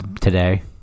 today